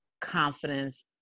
confidence